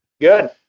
Good